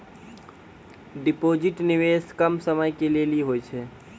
Deposit निवेश कम समय के लेली होय छै?